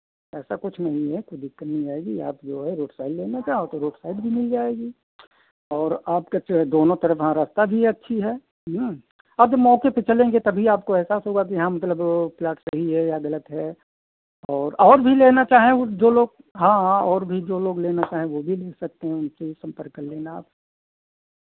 ऐसा कुछ नहीं है कोई दिक्कत नहीं आएगी आप जो है रोड साइड लेना चाहो तो रोड साइड भी मिल जाएगी और आपके चले दोनों तरफ हाँ रास्ता भी अच्छी है हाँ आप जब मौके पे चलेंगे तभी आपको एहसास होगा कि हाँ मतलब प्लाट सही है या ग़लत है और और भी लेना चाहें वो जो लोग हाँ हाँ और भी जो लोग लेना चाहें वो भी ले सकते हैं उनसे भी सम्पर्क कर लेना आप